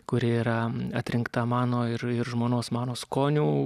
kuri yra atrinkta mano ir ir žmonos mano skonių